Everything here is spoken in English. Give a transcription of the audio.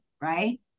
right